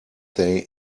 they